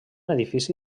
edifici